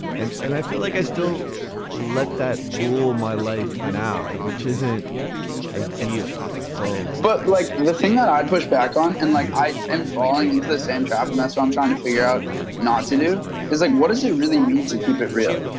and and i feel like i still let that rule my life now, which isn't a deal so but like the thing that i push back on and like i am falling into the same trap and that's what i'm trying to figure out not to do is like, what does it really mean to keep it real?